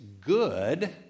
good